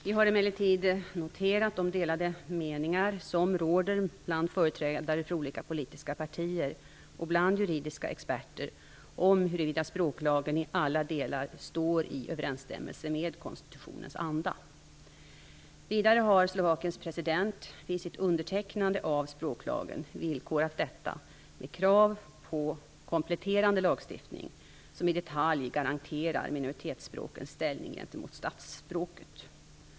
Vi har emellertid noterat de delade meningar som råder bland företrädare för olika politiska partier och bland juridiska experter, om huruvida språklagen i alla delar står i överensstämmelse med konstitutionens anda. Vidare har Slovakiens president vid sitt undertecknande av språklagen villkorat detta med krav på kompletterande lagstiftning, som i detalj garanterar minoritetsspråkens ställning gentemot statsspråket.